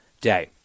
day